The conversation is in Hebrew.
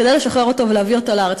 כדי לשחרר אותו ולהביא אותו לארץ.